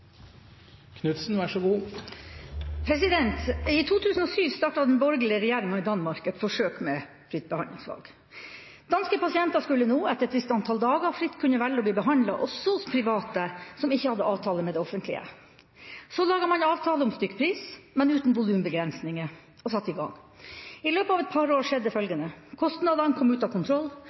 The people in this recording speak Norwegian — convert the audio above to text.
I 2007 startet den borgerlige regjeringa i Danmark et forsøk med fritt behandlingsvalg. Danske pasienter skulle da etter et visst antall dager fritt kunne velge å bli behandlet også hos private som ikke hadde avtale med det offentlige. Så laget man en avtale om stykkpris, men uten volumbegrensninger, og satte i gang. I løpet av et par år skjedde følgende: Kostnadene kom ut av kontroll,